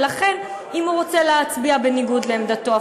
ולכן אם הוא רוצה להצביע בניגוד לעמדתו,